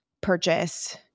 purchase